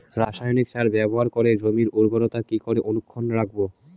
রাসায়নিক সার ব্যবহার করে জমির উর্বরতা কি করে অক্ষুণ্ন রাখবো